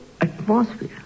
atmosphere